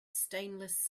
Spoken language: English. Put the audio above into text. stainless